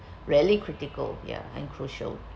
really critical ya and crucial